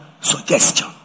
Suggestion